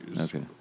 Okay